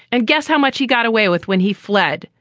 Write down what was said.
and guess how much he got away with when he fled?